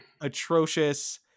atrocious